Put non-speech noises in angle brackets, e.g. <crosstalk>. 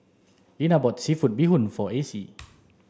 Linna bought seafood bee hoon for Acy <noise>